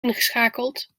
ingeschakeld